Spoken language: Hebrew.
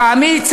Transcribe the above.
לטעמי,